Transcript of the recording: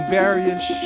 various